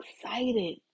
excited